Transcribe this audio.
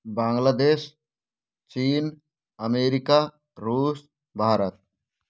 बांग्लादेश चीन अमेरिका रूस भारत